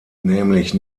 nämlich